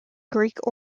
greek